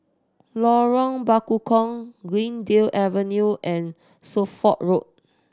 Lorong Bekukong Greendale Avenue and Suffolk Road